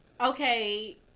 Okay